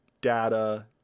data